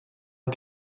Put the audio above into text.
une